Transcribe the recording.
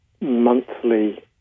monthly